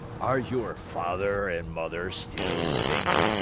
are your father and mother still living?